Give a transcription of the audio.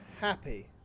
happy